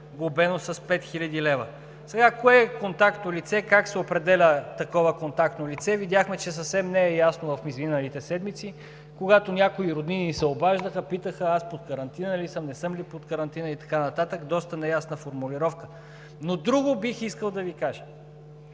глобено с 5000 лв. Сега кое е контактно лице и как се определя такова контактно лице, видяхме, че съвсем не е ясно в изминалите седмици, когато някои роднини се обаждаха и питаха аз под карантина ли съм, не съм ли под карантина и така нататък. Доста неясна формулировка. Друго бих искал да Ви кажа.